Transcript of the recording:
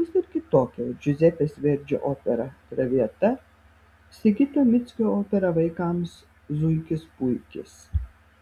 bus ir kitokia džiuzepės verdžio opera traviata sigito mickio opera vaikams zuikis puikis